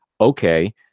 okay